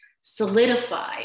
solidify